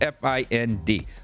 find